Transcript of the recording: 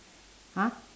!huh!